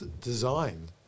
design